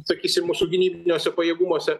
sakysim mūsų gynybiniuose pajėgumuose